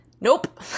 Nope